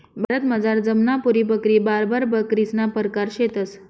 भारतमझार जमनापुरी बकरी, बार्बर बकरीसना परकार शेतंस